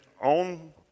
on